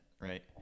right